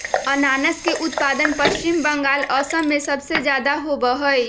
अनानस के उत्पादन पश्चिम बंगाल, असम में सबसे ज्यादा होबा हई